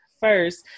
First